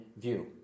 view